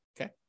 okay